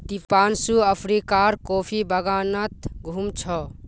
दीपांशु अफ्रीकार कॉफी बागानत घूम छ